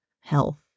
health